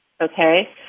okay